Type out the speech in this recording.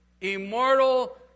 immortal